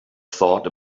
thought